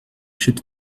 should